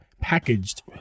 packaged